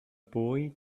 boy